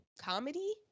comedy